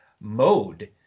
mode